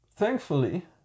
thankfully